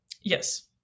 Yes